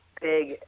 big